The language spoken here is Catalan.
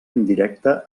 indirecta